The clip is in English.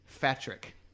Patrick